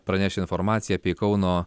pranešti informaciją apie kauno